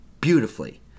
beautifully